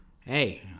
hey